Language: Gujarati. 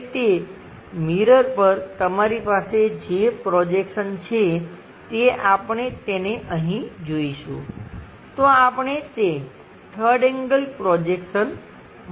અને તે મિરર પર તમારી પાસે જે પ્રોજેક્શન છે તે આપણે તેને અહીં જોઈશું તો આપણે તે 3rd એન્ગલ પ્રોજેક્શન મળશે